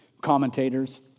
commentators